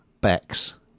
Bex